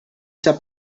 sap